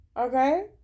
okay